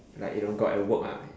like you know God at work ah